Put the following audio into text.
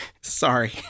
Sorry